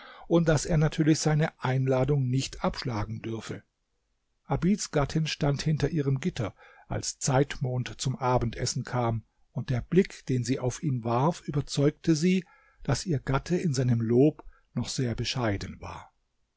und daß er natürlich seine einladung nicht abschlagen dürfe abids gattin stand hinter ihrem gitter als zeitmond zum abendessen kam und der blick den sie auf ihn warf überzeugte sie daß ihr gatte in seinem lob noch sehr bescheiden war